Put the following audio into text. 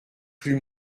plus